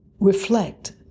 Reflect